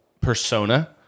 persona